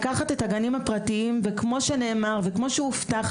לקחת את הגנים הפרטיים וכמו שנאמר וכמו שהובטח,